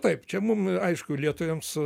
taip čia mum aišku lietuviams